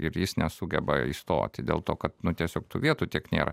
ir jis nesugeba įstoti dėl to kad nu tiesiog tų vietų tiek nėra